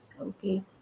Okay